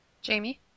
Jamie